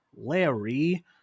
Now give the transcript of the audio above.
Larry